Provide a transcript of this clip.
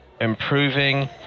improving